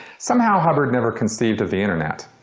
somehow hubbard never conceived of the internet.